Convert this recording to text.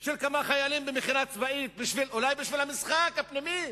של כמה חיילים במכינה, אולי בשביל המשחק הפנימי,